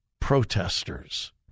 protesters